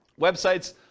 websites